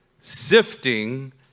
Sifting